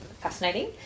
fascinating